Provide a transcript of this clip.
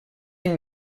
any